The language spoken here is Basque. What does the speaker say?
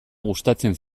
gustatzen